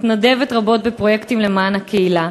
מתנדבת רבות בפרויקטים למען הקהילה.